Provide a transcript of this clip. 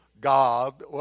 God